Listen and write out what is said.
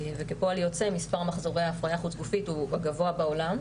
וכפועל יוצא מספר מחזורי ההפריה החוץ גופית הוא הגבוה בעולם,